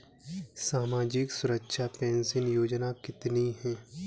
सामाजिक सुरक्षा पेंशन योजना कितनी हैं?